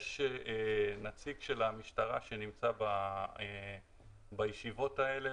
יש נציג של המשטרה שנמצא בישיבות האלה,